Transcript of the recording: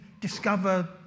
discover